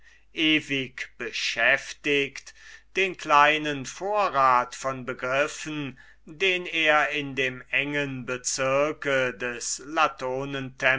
ewig beschäftigt den kleinen vorrat von ideen den er in dem engen bezirke des